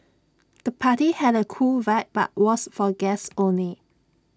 the party had A cool vibe but was for guests only